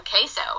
queso